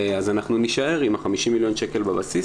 אז אנחנו נישאר עם ה-50 מיליון שקל בבסיס